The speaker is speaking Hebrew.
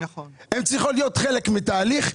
הן צריכות להיות חלק מתהליך,